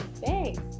Thanks